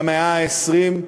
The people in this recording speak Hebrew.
במאה ה-20,